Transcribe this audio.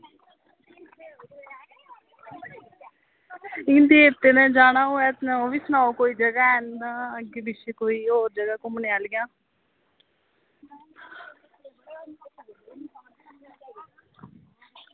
इंया देवतें दे जाना होऐ तां ओह्बी सनाओ जगह होऐ तां जां पिच्छें होर कोई जगह घुम्मनै आह्लियां